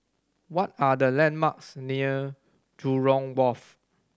what are the landmarks near Jurong Wharf